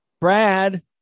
Brad